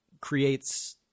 creates